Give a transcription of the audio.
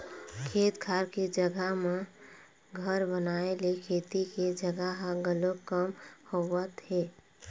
खेत खार के जघा म घर बनाए ले खेती के जघा ह घलोक कम होवत हे